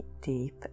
deep